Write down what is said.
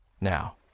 Now